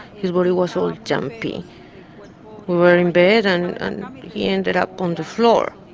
his body was all jumpy. we were in bed and and he ended up on the floor.